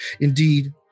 indeed